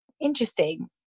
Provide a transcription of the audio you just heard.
interesting